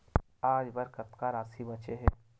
आज बर कतका राशि बचे हे?